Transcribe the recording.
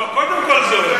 זה כולל את זוהיר?